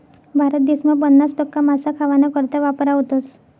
भारत देसमा पन्नास टक्का मासा खावाना करता वापरावतस